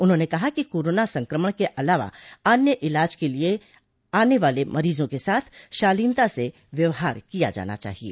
उन्हाने कहा कि कोरोना संक्रमण के अलावा अन्य इलाज के लिए के लिए आने वाले मरीजों के साथ शालीनता से व्यवहार किया जाना चाहिए